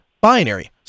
binary